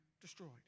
destroyed